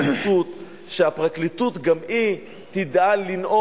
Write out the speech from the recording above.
"פוגרום" קוראים לזה פה.